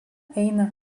eina